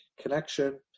connection